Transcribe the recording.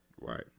Right